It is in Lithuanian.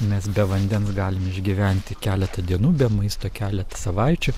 mes be vandens galim išgyventi keletą dienų be maisto keletą savaičių